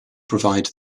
provide